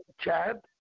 Chad